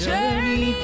Journey